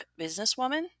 businesswoman